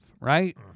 right